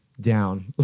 down